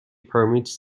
permits